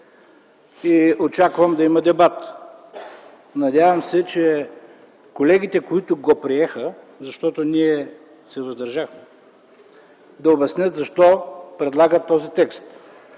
и очаквам да има дебат. Надявам се, че колегите, които го приеха, защото ние се въздържахме, ще обяснят защо предлагат този текст.